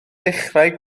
dechrau